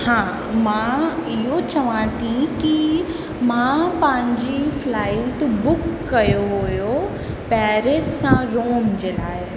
हा मां इहो चवां थी कि मां पंहिंजी फ्लाइट बुक कयो हुयो पैरिस सां रोम जे लाइ